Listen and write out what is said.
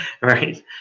right